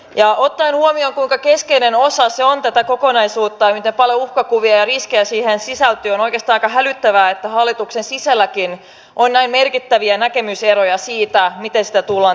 ja ottaen huomioon kuinka keskeinen osa se on tätä kokonaisuutta ja miten paljon uhkakuvia ja riskejä siihen sisältyy on oikeastaan aika hälyttävää että hallituksen sisälläkin on näin merkittäviä näkemyseroja siitä miten sitä tullaan toteuttamaan